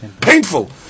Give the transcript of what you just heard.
painful